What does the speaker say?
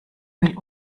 will